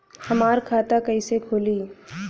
हमार खाता कईसे खुली?